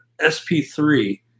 SP3